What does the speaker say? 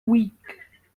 week